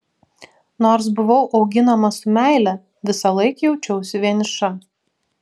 nors buvau auginama su meile visąlaik jaučiausi vieniša